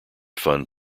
fund